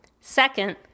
Second